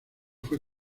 fue